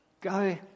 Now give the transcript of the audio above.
go